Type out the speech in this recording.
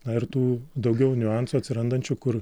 na ir tų daugiau niuansų atsirandančių kur